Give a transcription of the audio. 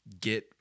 get